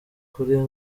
kuri